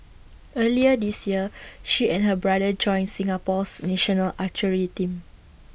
earlier this year she and her brother joined Singapore's national archery team